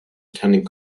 attending